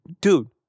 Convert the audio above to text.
dude